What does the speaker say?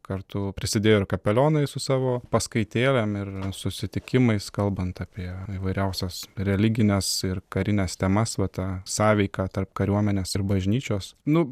kartu prisidėjo ir kapelionai su savo paskaitėlėm ir susitikimais kalbant apie įvairiausias religines ir karines temas va ta sąveika tarp kariuomenės ir bažnyčios nu